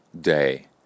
day